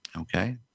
Okay